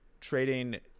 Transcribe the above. trading